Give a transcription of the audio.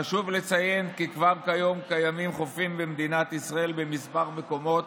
חשוב לציין כי כבר כיום קיימים חופים במדינת ישראל בכמה מקומות